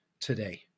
today